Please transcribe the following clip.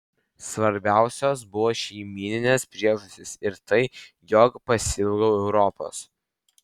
svarbiausios buvo šeimyninės priežastys ir tai jog pasiilgau europos